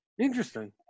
Interesting